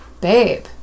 babe